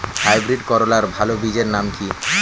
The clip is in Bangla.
হাইব্রিড করলার ভালো বীজের নাম কি?